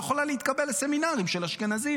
יש לי סט ערכים שונה משלכם.